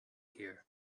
here